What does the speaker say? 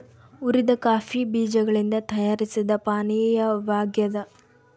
ಹುರಿದ ಕಾಫಿ ಬೀಜಗಳಿಂದ ತಯಾರಿಸಿದ ಪಾನೀಯವಾಗ್ಯದ